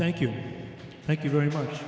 thank you thank you very much